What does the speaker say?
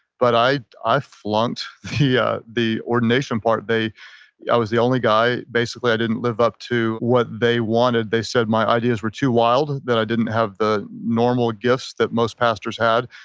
but i i flunked the yeah the ordination part. yeah i was the only guy. basically i didn't live up to what they wanted. they said my ideas were too wild. that i didn't have the normal gifts that most pastors had.